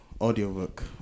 audiobook